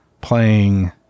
playing